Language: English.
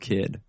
Kid